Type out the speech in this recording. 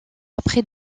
après